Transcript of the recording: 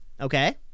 okay